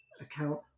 account